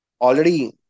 already